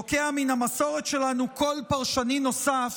בוקע מהמסורת שלנו קול פרשני נוסף